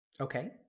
Okay